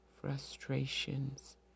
frustrations